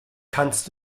kannst